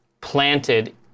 planted